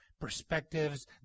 perspectives